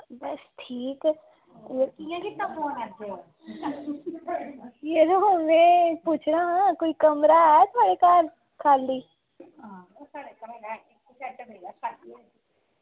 बस ठीक में एह् पुच्छना हा की थुआढ़े कोल कोई कमरा ऐ खाल्ली